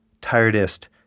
Tiredest